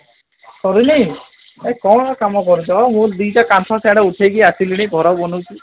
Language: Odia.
ସରିନି ଭାଇ କ'ଣ କାମ କରୁଛ ମୁଁ ଦୁଇଟା କାନ୍ଥ ସିଆଡ଼େ ଉଠେଇକି ଆସିଲିଣି ଘର ବନଉଛି